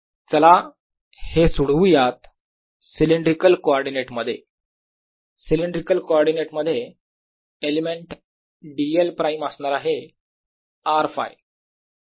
RR2z2320I2R2R2z232 चला हे सोडवूयात सिलेंड्रिकल कॉर्डीनेट मध्ये सिलेंड्रिकल कॉर्डीनेट मध्ये एलिमेंट dl प्राईम असणार आहे R Φ